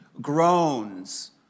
groans